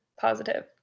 positive